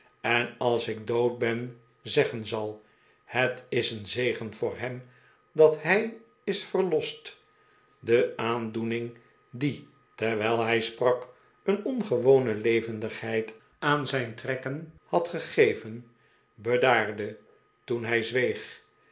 en als ik dood ben zeggen zal het is een zegen voor hem dat hij is verlost de aandoening die terwijl hij sprak een ongewone levendigheid aan zijn trekken had gegeven bedaarde toen hij zweeg